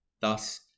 Thus